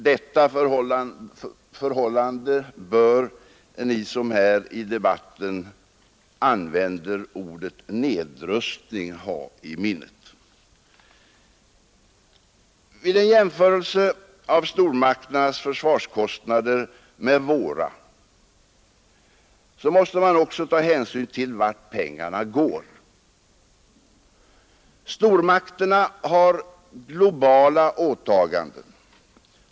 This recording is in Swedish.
Detta förhållande bör ni, som här i debatten använder ordet nedrustning, ha i minnet. Vid en jämförelse av stormakternas försvarskostnader med våra måste man också ta hänsyn till vart pengarna går. Stormakterna har globala åtaganden.